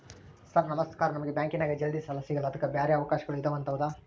Sir ನಮಸ್ಕಾರ ನಮಗೆ ಬ್ಯಾಂಕಿನ್ಯಾಗ ಜಲ್ದಿ ಸಾಲ ಸಿಗಲ್ಲ ಅದಕ್ಕ ಬ್ಯಾರೆ ಅವಕಾಶಗಳು ಇದವಂತ ಹೌದಾ?